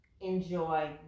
enjoy